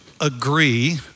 agree